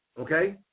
Okay